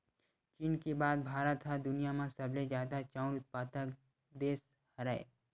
चीन के बाद भारत ह दुनिया म सबले जादा चाँउर उत्पादक देस हरय